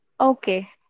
Okay